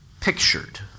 pictured